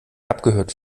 abgehört